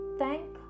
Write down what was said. thank